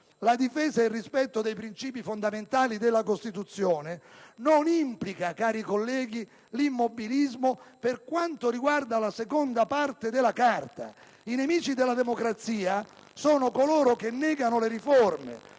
la difesa e il rispetto dei princìpi fondamentali della Costituzione non implica l'immobilismo per quanto riguarda la seconda parte della Carta. I nemici della democrazia sono coloro che negano le riforme,